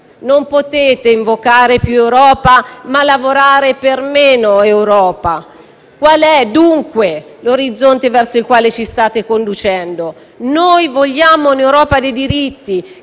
Non potete invocare più Europa, ma lavorare per meno Europa. Qual è dunque l'orizzonte verso il quale si state conducendo? Noi vogliamo un'Europa dei diritti,